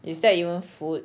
is that even food